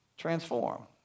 Transform